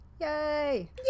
Yay